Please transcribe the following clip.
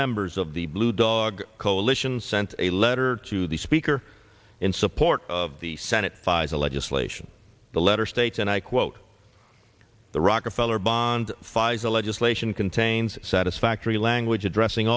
members of the blue dog coalition sent a letter to the speaker in support of the senate pfizer legislation the letter states and i quote the rockefeller bond pfizer legislation contains satisfactory language addressing